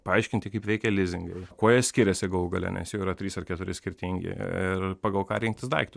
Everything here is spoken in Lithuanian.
paaiškinti kaip veikia lizingai kuo jie skiriasi galų gale nes jų yra trys ar keturi skirtingi ir pagal ką rinktis daiktus